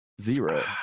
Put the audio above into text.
Zero